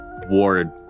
Ward